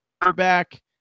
quarterback